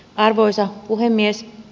arvoisa puhemies